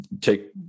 take